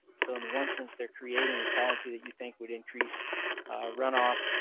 so in the one sense they're creating repellency that you'd think would increase runoff,